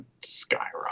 skyrocket